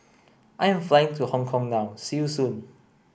I am flying to Hong Kong now see you soon